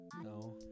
no